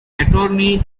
attorney